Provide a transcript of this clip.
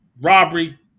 robbery